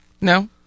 No